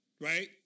Right